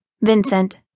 Vincent